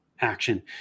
action